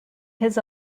his